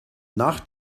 nach